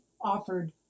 offered